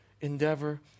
endeavor